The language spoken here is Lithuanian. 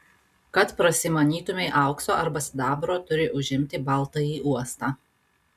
kad prasimanytumei aukso arba sidabro turi užimti baltąjį uostą